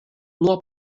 nuo